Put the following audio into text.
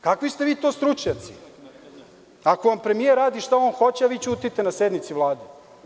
Kakvi ste vi to stručnjaci ako vam premijer radi šta on hoće a vi ćutite na sednici Vlade?